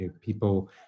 people